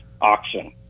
auction